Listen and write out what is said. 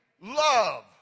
love